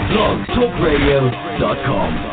BlogTalkRadio.com